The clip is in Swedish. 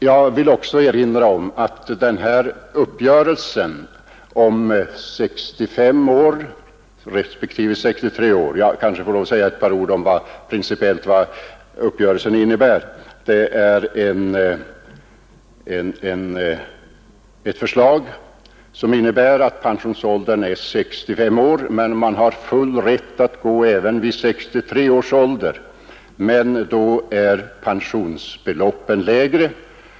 Jag kanske också får säga några ord om vad uppgörelsen om 65 respektive 63 år i princip innebär. Pensionsåldern är 65 år, men man har full rätt att sluta även vid 63 års ålder, varvid pensionsbeloppet dock blir lägre.